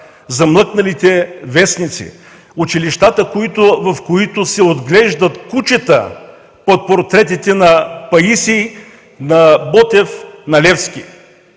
замлъкналите вестници, училищата, в които се отглеждат кучета под портретите на Паисий, Ботев и Левски.